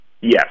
Yes